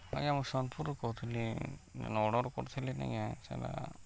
ଆଜ୍ଞା ମୁଇଁ ସୋନପୁର୍ରୁ କହୁଥିଲି ଯେନ୍ ଅର୍ଡ଼ର୍ କରଥିଲି ନିକେଁ ସେଟା